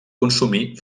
consumir